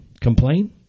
Complain